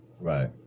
Right